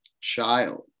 child